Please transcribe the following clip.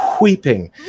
weeping